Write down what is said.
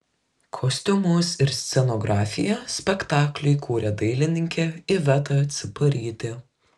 kostiumus ir scenografiją spektakliui kūrė dailininkė iveta ciparytė